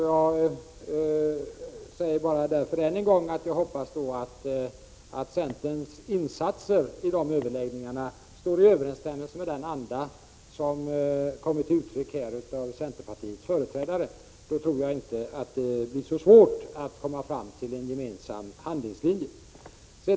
Jag säger därför bara än en gång att jag hoppas att centerns insatser i de överläggningarna står i överensstämmelse med den anda som centerpartiets företrädare här har givit uttryck för. Då tror jag inte att det blir så svårt att komma fram till en gemensam handlingslinje.